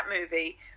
movie